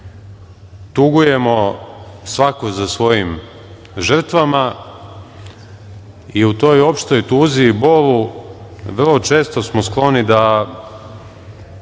Tugujemo svako za svojim žrtvama i u toj opštoj tuzi i bolu vrlo često smo skloni da